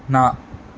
ना